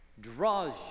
draws